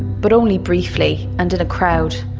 but only briefly and in a crowd.